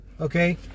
okay